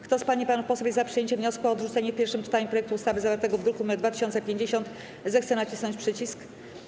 Kto z pań i panów posłów jest za przyjęciem wniosku o odrzucenie w pierwszym czytaniu projektu ustawy zawartego w druku nr 2050, zechce nacisnąć przycisk.